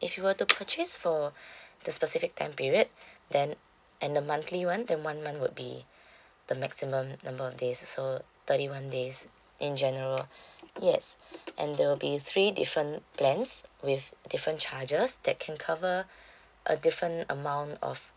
if you were to purchase for the specific time period then and the monthly one then one month would be the maximum number of days so thirty one days in general yes and there will be three different plans with different charges that can cover a different amount of